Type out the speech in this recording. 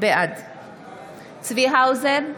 בעד צבי האוזר,